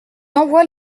envoie